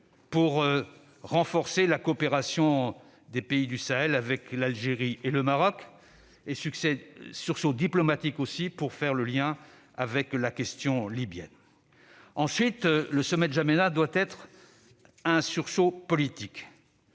pour renforcer la coopération des pays du Sahel avec l'Algérie et le Maroc et pour faire le lien avec la question libyenne. Ensuite, le sommet de N'Djamena doit être un sursaut politique.